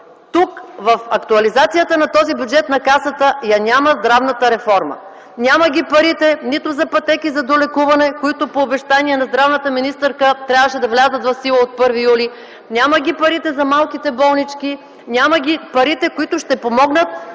Тук, в актуализацията на този бюджет на Касата я няма здравната реформа. Няма ги парите нито за пътеки за долекуване, които по обещание на здравната министърка трябваше да влязат в сила от 1 юли, няма ги парите за малките болнички, няма ги парите, които ще помогнат